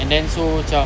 and then so cam